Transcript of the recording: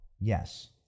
yes